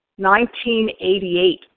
1988